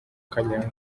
kanyanga